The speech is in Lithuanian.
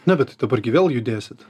na bet tai dabar gi vėl judėsit